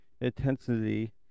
intensity